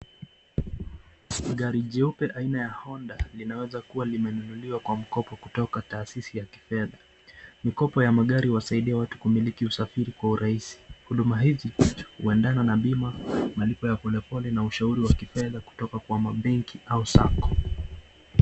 Gari jeupe aina ya Honda linaweza kuwa limenunuliwa kwa mkopo kutoka tahasisi ya kifedha. Mikopo ya magari huwasaidia watu kumiliki magari kwa urahisi. Huduma hizi uendana na bima , malipo ya pole pole na ushauri wa kifedha kutoka kwa mabenki au sacco .